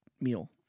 meal